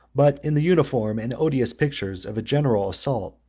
but in the uniform and odious pictures of a general assault,